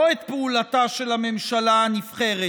לא את פעולתה של הממשלה הנבחרת.